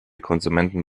konsumenten